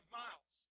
miles